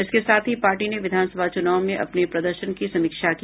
इसके साथ ही पार्टी ने विधानसभा चुनाव में अपने प्रदर्शन की समीक्षा की